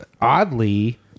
oddly